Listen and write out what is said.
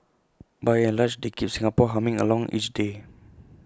by and large they keep Singapore humming along each day